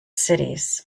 cities